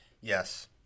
yes